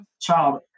Child